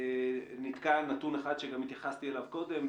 אני ניתקע על נתון אחד שגם התייחסתי אליו קודם,